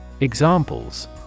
Examples